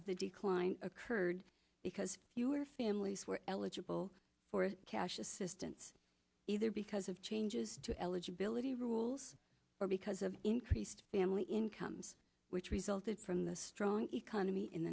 of the decline occurred because your families were eligible for cash assistance either because of changes to eligibility rules or because of increased family incomes which resulted from the strong economy in